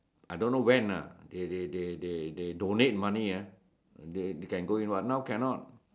I don't know when ah they they they donate money can go in ah now cannot